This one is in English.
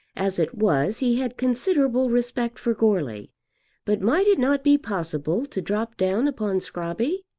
as it was he had considerable respect for goarly but might it not be possible to drop down upon scrobby?